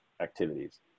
activities